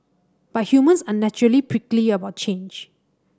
but humans are naturally prickly about change